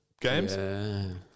games